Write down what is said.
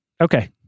Okay